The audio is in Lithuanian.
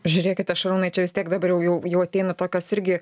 žiūrėkite šarūnai čia vis tiek dabar jau jau jau ateina tokios irgi